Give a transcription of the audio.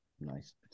Nice